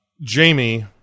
Jamie